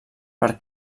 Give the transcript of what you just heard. per